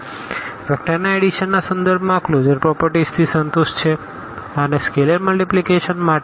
તેથી વેક્ટરના એડીશનના સંદર્ભમાં આ કલોઝર પ્રોપરટીઝ થી સંતુષ્ટ છે અનેસ્કેલર મલ્ટીપ્લીકેશન માટે પણ